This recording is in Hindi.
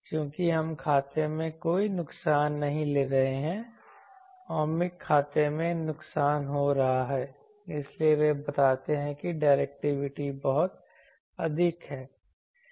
चूंकि हम खाते में कोई नुकसान नहीं ले रहे हैं ओमिक खाते में नुकसान हो रहा है इसलिए वे बताते हैं कि डायरेक्टिविटी बहुत अधिक है